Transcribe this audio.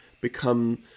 become